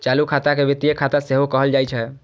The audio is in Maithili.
चालू खाता के वित्तीय खाता सेहो कहल जाइ छै